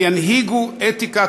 וינהיגו אתיקה,